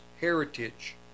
heritage